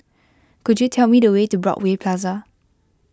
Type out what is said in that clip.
could you tell me the way to Broadway Plaza